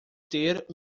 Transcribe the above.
ter